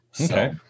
Okay